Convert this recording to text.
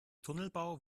tunnelbau